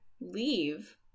leave